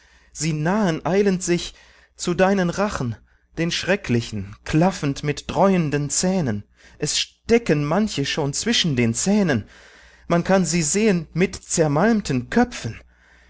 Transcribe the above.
sie nahen eilend sich zu deinen rachen den schrecklichen klaffend mit dräunden zähnen es stecken manche schon zwischen den zähnen man kann sie sehen mit zermalmten köpfen